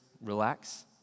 relax